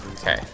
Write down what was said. Okay